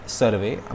survey